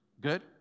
Good